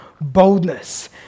boldness